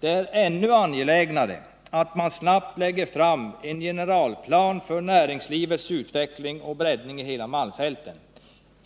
Det är ännu angelägnare att man snabbt lägger fram en generalplan för näringslivets utveckling och breddning i malmfälten.